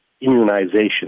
immunization